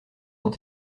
ont